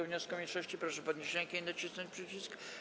wniosku mniejszości, proszę podnieść rękę i nacisnąć przycisk.